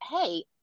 hey